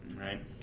right